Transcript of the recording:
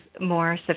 more